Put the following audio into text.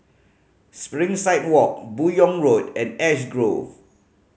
Springside Walk Buyong Road and Ash Grove